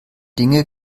dinge